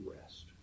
rest